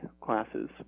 classes